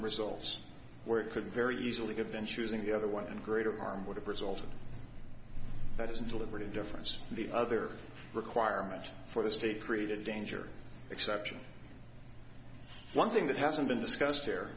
results where it could very easily have been choosing the other one and greater harm would have resulted that is a deliberate indifference the other requirement for the state created a danger except one thing that hasn't been discussed here